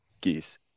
geese